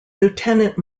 lieutenant